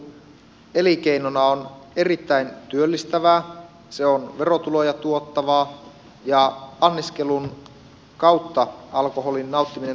tosiaan anniskelu elinkeinona on erittäin työllistävää se on verotuloja tuottavaa ja anniskelun kautta alkoholin nauttiminen tapahtuu myös valvotusti